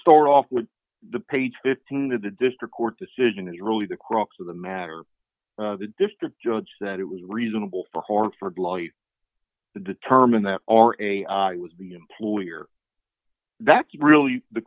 start off with the page fifteen that the district court decision is really the crux of the matter the district judge that it was reasonable for hartford lawyers to determine that are a was the employer that's really the